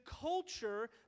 culture